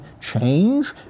change